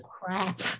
crap